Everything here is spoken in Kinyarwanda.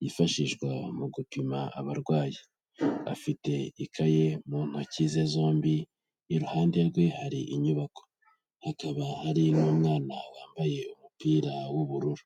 yifashishwa mu gupima abarwayi, afite ikaye mu ntoki ze zombi, iruhande rwe hari inyubako, hakaba hari n'umwana wambaye umupira w'ubururu.